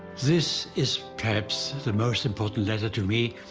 this is perhaps the most important letter to me,